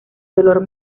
dolor